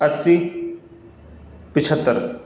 اسّی پچھتر